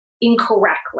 incorrectly